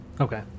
Okay